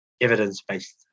Evidence-based